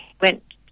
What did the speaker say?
went